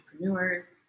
entrepreneurs